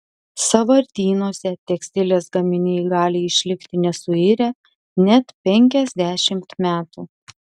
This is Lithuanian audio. sąvartynuose tekstilės gaminiai gali išlikti nesuirę net penkiasdešimt metų